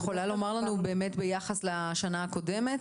את יכולה לומר לנו באמת ביחס לשנה הקודמת?